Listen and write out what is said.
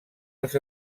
les